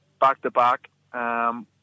back-to-back